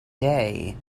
day